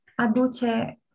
Aduce